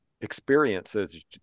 experiences